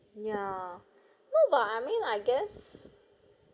ya no lah I mean I guess